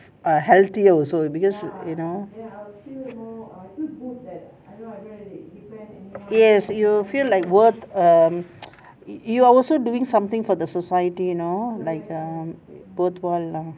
err healthier also because you know yes you feel like worth um you are also doing something for the society you know like um worthwhile lah